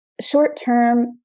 short-term